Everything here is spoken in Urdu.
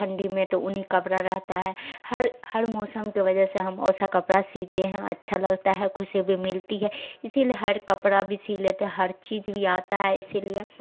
ٹھنڈی میں تو اونی کپڑا رہتا ہے ہر ہر موسم کی وجہ سے ہم ویسا کپڑا سیتے ہیں اچھا لگتا ہے خوشی بھی ملتی ہے اسی لیے ہر کپڑا بھی سی لیتے ہیں ہر چیز بھی آتا ہے اسی لیے